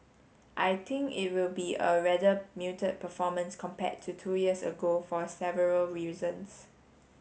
I think it will be a rather muted performance compared to two years ago for several reasons